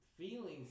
feelings